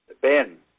Ben